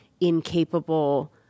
incapable